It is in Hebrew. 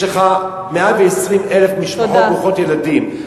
יש לך 120,000 משפחות ברוכות ילדים.